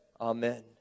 Amen